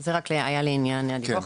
זה רק לעניין הדיווח.